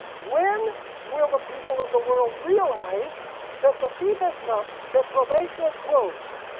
when will the people in the world realize that the thief has come, that probation is closed?